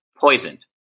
poisoned